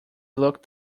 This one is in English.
looked